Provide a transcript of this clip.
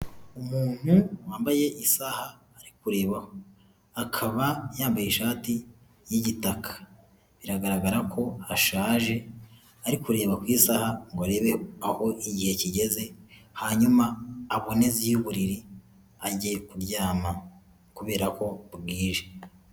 Umuntu wambaye isaha ari kurebaho, akaba yambaye ishati y'igitaka, biragaragara ko ashaje ari kureba ku isaha ngo arebe aho igihe kigeze, hanyuma aboneze iy'uburiri ajye kuryama kubera ko bwije.